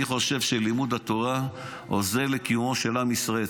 אני חושב שלימוד התורה עוזר לקיומו של עם ישראל.